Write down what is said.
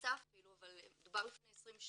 ומכעיסה אפילו, אבל מדובר לפני 20 שנה.